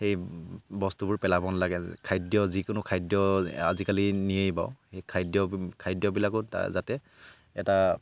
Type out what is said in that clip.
সেই বস্তুবোৰ পেলাব নালাগে খাদ্য যিকোনো খাদ্য আজিকালি নিয়েই বাৰু সেই খাদ্য খাদ্যবিলাকো তাৰ যাতে এটা